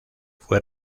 fue